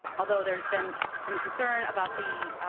although there has been some concern about the